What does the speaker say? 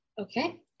Okay